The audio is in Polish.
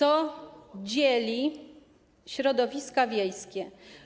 co dzieli środowiska wiejskie.